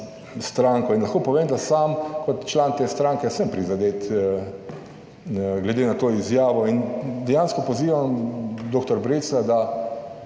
Lahko povem, da sam kot član te stranke sem prizadet glede na to izjavo in dejansko pozivam dr. Breclja, da